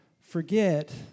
forget